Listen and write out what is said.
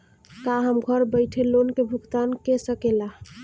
का हम घर बईठे लोन के भुगतान के शकेला?